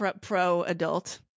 pro-adult